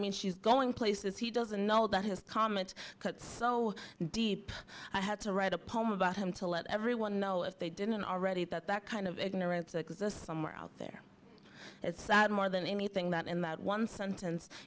mean she's going places he doesn't know that his comments cut so deep i had to write a poem about him to let everyone know if they didn't already that that kind of ignorance exists somewhere out there it's sad more than anything that in that one sentence